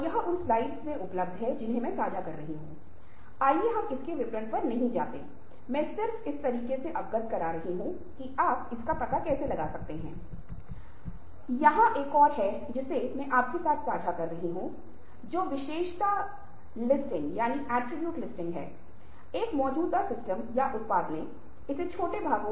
उच्च उम्मीद सेट करें इसका मतलब यह नहीं है कि हम संतुष्ट होंगे अगर हम केवल इतने से खुश होंगे इस तरह नहीं से बहुत अधिक लक्ष्य निर्धारित करे और उच्च उम्मीद रखें और पहले प्रयास से शुरू करें और फिर हमें देखें कि क्या होता है